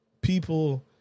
people